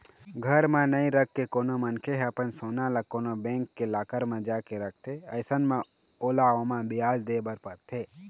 घर म नइ रखके कोनो मनखे ह अपन सोना ल कोनो बेंक के लॉकर म जाके रखथे अइसन म ओला ओमा बियाज दे बर परथे